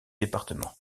départements